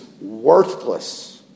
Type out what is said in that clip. worthless